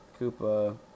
Koopa